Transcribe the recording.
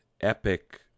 epic